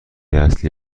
اصلی